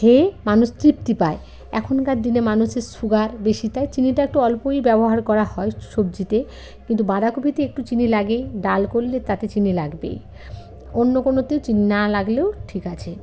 খেয়ে মানুষ তৃপ্তি পায় এখনকার দিনে মানুষের সুগার বেশি তাই চিনিটা একটু অল্পই ব্যবহার করা হয় সবজিতে কিন্তু বাঁধাকপিতে একটু চিনি লাগেই ডাল করলে তাতে চিনি লাগবেই অন্য কোনোতেও চিনি না লাগলেও ঠিক আছে